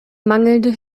mangelnde